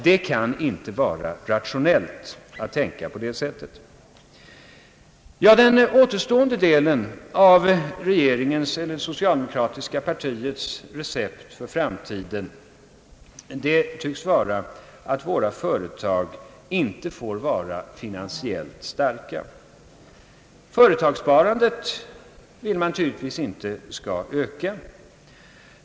Det kan inte vara rationellt att tänka på det sättet. Den återstående delen av regeringens eller socialdemokratiska partiets recept för framtiden tycks vara att våra företag inte får vara finansiellt starka. Företagssparandet vill man tydligtvis inte skall öka.